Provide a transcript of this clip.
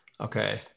Okay